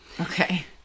Okay